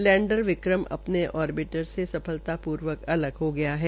lander Vikram अपने orbiter से सफलतापूर्वक अलग हो गया है